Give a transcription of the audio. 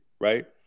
right